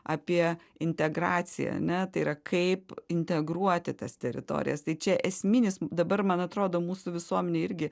apie integraciją ane tai yra kaip integruoti tas teritorijas tai čia esminis dabar man atrodo mūsų visuomenėj irgi